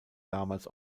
damals